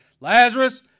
Lazarus